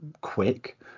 quick